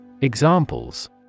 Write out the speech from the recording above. Examples